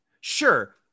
Sure